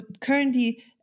currently